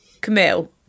Camille